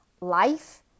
life